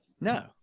No